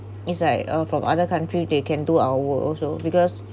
is like uh from other country they can do our work also because